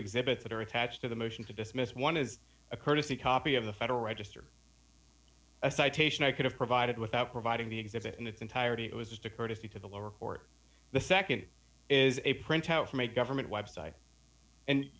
exhibit that are attached to the motion to dismiss one is a courtesy copy of the federal register a citation i could have provided without providing the exhibit in its entirety it was just a courtesy to the lower court the nd is a printout from a government website and